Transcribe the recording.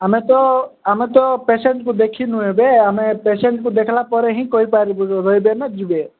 ଆମେ ତ ଆମେ ତ ପେସେଣ୍ଟକୁ ଦେଖି ନୁ ଏବେ ଆମେ ପେସେଣ୍ଟକୁ ଦେଖଲା ପରେ ହିଁ କହିପାରିବୁ ରହିବେ ନା ଯିବେ